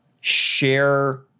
share